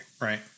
right